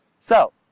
so,